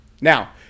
Now